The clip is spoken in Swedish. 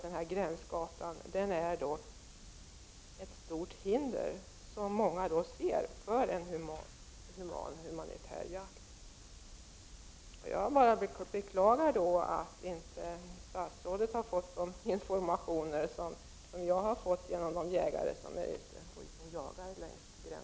Denna gränsgata utgör ju enligt många ett stort hinder för en human jakt. Jag beklagar att statsrådet inte har fått den information som jag har fått från jägarna längs gränsen.